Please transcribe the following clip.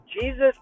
Jesus